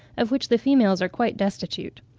of which the females are quite destitute.